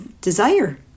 desire